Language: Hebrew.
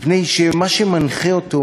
מפני שמה שמנחה אותו